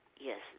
Yes